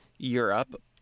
Europe